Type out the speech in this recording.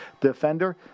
defender